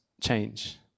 change